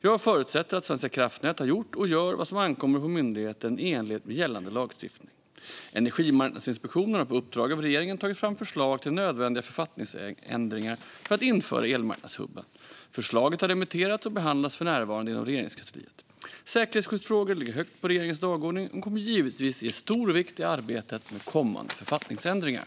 Jag förutsätter att Svenska kraftnät har gjort och gör vad som ankommer på myndigheten i enlighet med gällande lagstiftning. Energimarknadsinspektionen har på uppdrag av regeringen tagit fram förslag till nödvändiga författningsändringar för att införa elmarknadshubben. Förslaget har remitterats och behandlas för närvarande inom Regeringskansliet. Säkerhetsskyddsfrågor ligger högt på regeringens dagordning och kommer givetvis att ges stor vikt i arbetet med kommande författningsändringar.